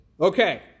Okay